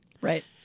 Right